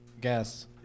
guess